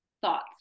thoughts